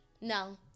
No